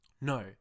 No